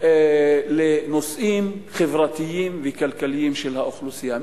בנושאים כלכליים וחברתיים של האוכלוסייה.